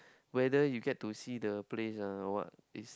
whether you get to see the place ah or what is